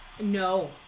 No